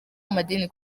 amadini